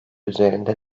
üzerinde